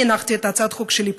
אני הנחתי את הצעת החוק שלי,